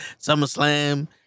SummerSlam